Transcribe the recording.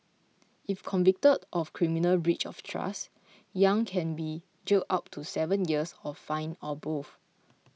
if convicted of criminal breach of trust Yang can be jailed up to seven years or fined or both